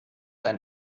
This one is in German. ein